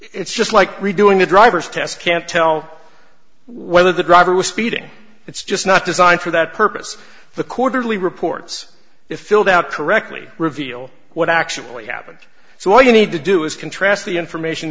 it's just like redoing the driver's test can't tell whether the driver was speeding it's just not designed for that purpose the quarterly reports if filled out correctly reveal what actually happened so all you need to do is contrast the information